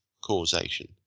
causation